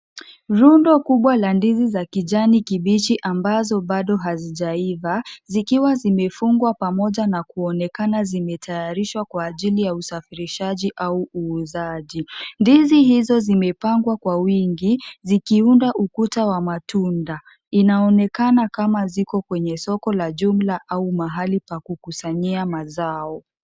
Rundo, kubwa la ndizi za kijani kibichi ambazo bado hazijaiva, zikiwa zimefungwa pamoja na kuonekana zimetayarishwa kwa ajili ya usafirishaji au uuzaji. Ndizi hizo zimepangwa kwa wingi, zikiunda ukuta wa matunda. Inaonekana kama ziko kwenye soko la jumla au mahali pa kukusanyia mazao.